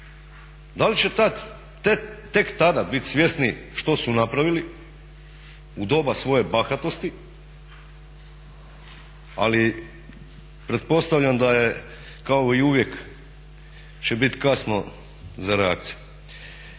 Da li će tad, tek tada biti svjesni što su napravili u doba svoje bahatosti? Ali pretpostavljam da je kao i uvijek će biti kasno za reakciju.